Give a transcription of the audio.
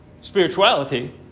spirituality